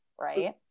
right